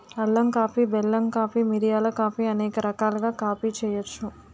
అల్లం కాఫీ బెల్లం కాఫీ మిరియాల కాఫీ అనేక రకాలుగా కాఫీ చేయొచ్చు